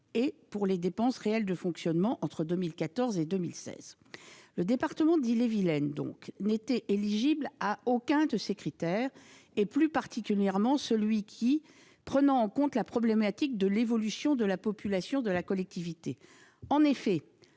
pour les dépenses réelles de fonctionnement entre 2014 et 2016. Le département d'Ille-et-Vilaine n'était éligible à aucun de ces critères, et plus particulièrement à celui qui prend en compte la problématique de l'évolution de la population de la collectivité. En effet,